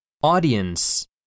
audience